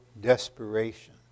desperation